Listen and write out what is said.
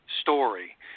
story